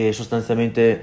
sostanzialmente